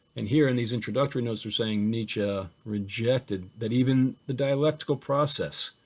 and here in these introductory notes they're saying nietzsche ah rejected that even the dialectical process